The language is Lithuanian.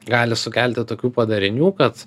gali sukelti tokių padarinių kad